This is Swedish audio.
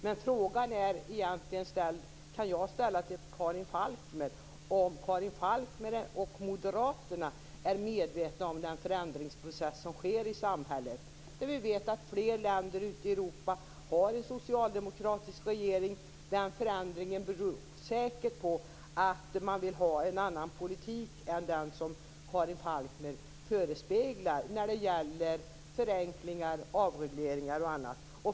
Men egentligen kan jag ställa frågan till Karin Falkmer om hon och Moderaterna är medvetna om den förändringsprocess som sker i samhället. Vi vet att fler länder ute i Europa har en socialdemokratisk regering. Den förändringen beror säkert på att man vill ha en annan politik än den som Karin Falkmer förespråkar när det gäller förenklingar, avregleringar och annat.